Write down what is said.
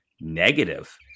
negative